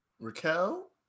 Raquel